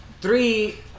Three